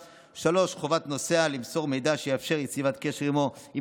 3. חובת נוסע למסור מידע שיאפשר יצירת קשר עימו אם